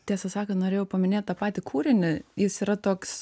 tiesą sakant norėjau paminėt tą patį kūrinį jis yra toks